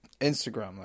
Instagram